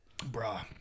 Bruh